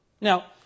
Now